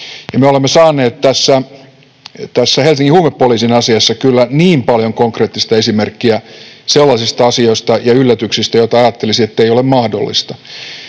Me olemme saaneet tässä Helsingin huumepoliisin asiassa kyllä niin paljon konkreettista esimerkkiä sellaisista asioista ja yllätyksistä, joista ajattelisi, ettei ole mahdollista.